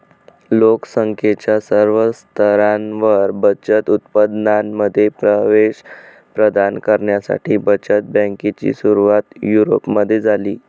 लोक संख्येच्या सर्व स्तरांवर बचत उत्पादनांमध्ये प्रवेश प्रदान करण्यासाठी बचत बँकेची सुरुवात युरोपमध्ये झाली